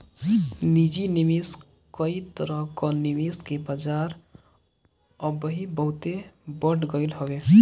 निजी निवेश कई तरह कअ निवेश के बाजार अबही बहुते बढ़ गईल हवे